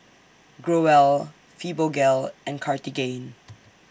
Growell Fibogel and Cartigain